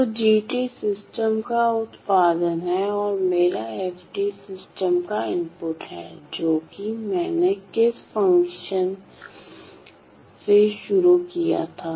तो g system का उत्पादन है और मेरा f सिस्टम का इनपुट है जो कि मैंने किस कन्वेंशन से शुरू किया था